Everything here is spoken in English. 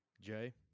Jay